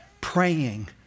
praying